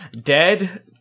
Dead